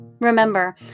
remember